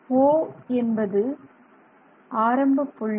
O என்பது ஆரம்பப்புள்ளி